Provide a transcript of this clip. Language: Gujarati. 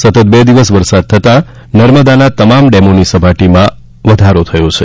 સતત બે દિવસ વરસાદ થતાં નર્મદાના તમામ ડેમોની સપાટીમાં વધારો થયો છે